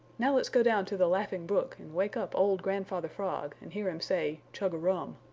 now let's go down to the laughing brook and wake up old grandfather frog and hear him say chug-a-rum,